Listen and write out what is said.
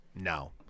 No